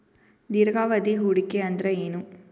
ದೀರ್ಘಾವಧಿ ಹೂಡಿಕೆ ಅಂದ್ರ ಏನು?